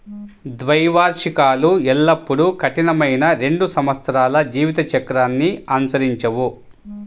ద్వైవార్షికాలు ఎల్లప్పుడూ కఠినమైన రెండు సంవత్సరాల జీవిత చక్రాన్ని అనుసరించవు